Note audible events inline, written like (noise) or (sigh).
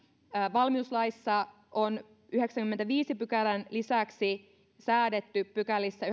valmiuslaissa on yhdeksännenkymmenennenviidennen pykälän lisäksi säädetty pykälissä (unintelligible)